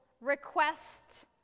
request